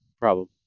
problem